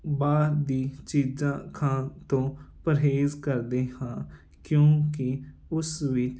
ਬਾਹਰ ਦੀ ਚੀਜ਼ਾਂ ਖਾਣ ਤੋਂ ਪਰਹੇਜ਼ ਕਰਦੇ ਹਾਂ ਕਿਉਂਕਿ ਉਸ ਵਿੱਚ